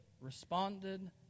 responded